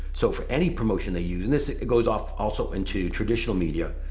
so for any promotion they use and this goes off also into traditional media.